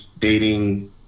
dating